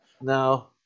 No